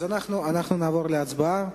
אנחנו נעבור להצבעה.